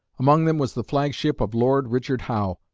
among them was the flagship of lord richard howe,